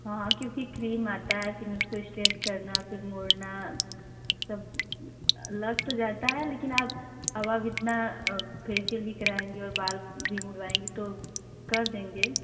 हाँ क्योंकि क्रीम आता है फ़िर उसको स्टेट करना फ़िर मोड़ना सब लग तो जाता है लेकिन आप अब अब इतना फेसिअल भी कराएँगे और बाल भी मुड़वाएँगे तो कर देंगे